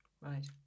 Right